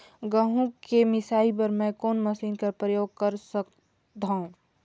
गहूं के मिसाई बर मै कोन मशीन कर प्रयोग कर सकधव?